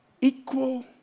equal